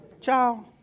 ciao